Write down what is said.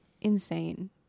insane